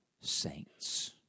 saints